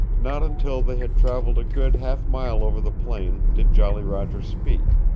not until they had traveled a good half mile over the plain did jolly roger speak.